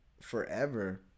forever